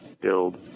build